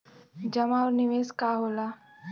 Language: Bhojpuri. जमा और निवेश का होला?